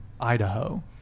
Idaho